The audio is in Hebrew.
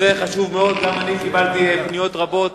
זה חשוב מאוד, גם אני קיבלתי פניות רבות